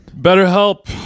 BetterHelp